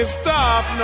stop